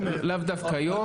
לאו דווקא היום,